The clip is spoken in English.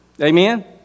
Amen